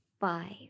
five